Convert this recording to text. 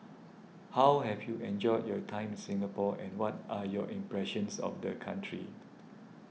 how have you enjoyed your time in Singapore and what are your impressions of the country